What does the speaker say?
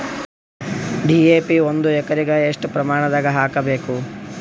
DAP ಒಂದು ಎಕರಿಗ ಎಷ್ಟ ಪ್ರಮಾಣದಾಗ ಹಾಕಬೇಕು?